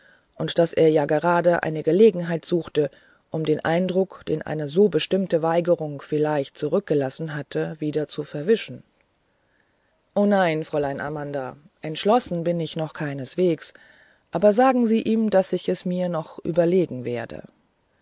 und daß er ja gerade eine gelegenheit suchte um den eindruck den eine so bestimmte weigerung vielleicht zurückgelassen hatte wieder zu verwischen o nein fräulein amanda entschlossen bin ich noch keineswegs aber sagen sie ihm daß ich es mir noch überlegen werde